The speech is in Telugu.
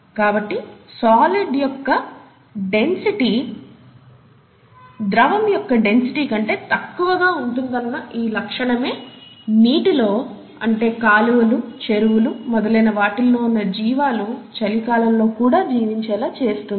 కాబట్టి సాలిడ్ యొక్క డెన్సిటీ ద్రవం యొక్క డెన్సిటీ కంటే తక్కువగా ఉంటుందన్న ఈ లక్షణమే నీటి లో అంటే కాలువలు చెరువులు మొదలైన వాటిల్లో ఉన్న జీవాలు చలికాలం లో కూడా జీవించేలా చేస్తుంది